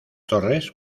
torres